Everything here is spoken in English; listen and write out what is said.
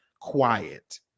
quiet